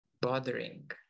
bothering